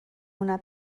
una